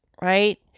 right